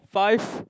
five